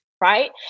Right